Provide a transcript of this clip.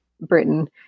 Britain